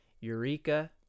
Eureka